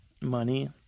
money